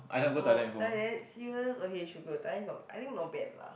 oh Thailand c_o_s okay should go Thailand got I think not bad lah